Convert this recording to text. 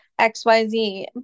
xyz